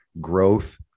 growth